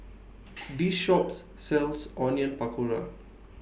This Shop sells Onion Pakora